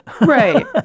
Right